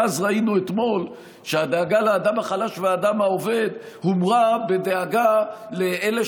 ואז ראינו אתמול שהדאגה לאדם החלש ולאדם העובד הומרה בדאגה לאלה